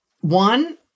one